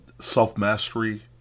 self-mastery